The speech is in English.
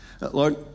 Lord